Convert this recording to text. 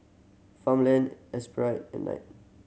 Farmland Espirit and Knight